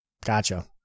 gotcha